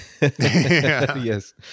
Yes